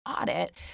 audit